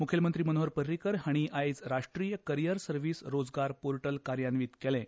मुखेलमंत्री मनोहर पर्रीकर हांणी आयज राश्ट्रीय करीयर सर्विस रोजगार पोर्टल कार्यान्वित केलें